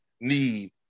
need